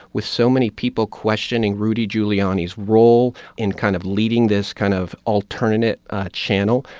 with so many people questioning rudy giuliani's role in kind of leading this kind of alternate channel,